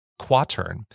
Quatern